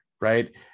right